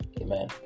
Amen